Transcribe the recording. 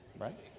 Right